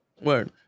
Word